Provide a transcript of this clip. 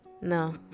No